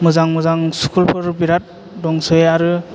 मोजां मोजां स्कुलफोर बिराथ दंसै आरो